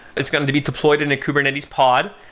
it's going to be deployed in a kubernetes pod.